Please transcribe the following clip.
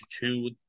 two